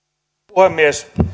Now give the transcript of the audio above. puhemies